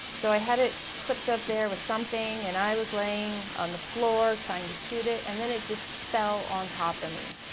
so i had it clipped up there something and i was laying on the floor trying to shoot it and then it just fell on top of me.